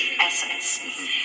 essence